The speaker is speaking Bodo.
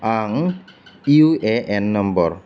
आं इउ ए एन नम्बर